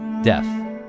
death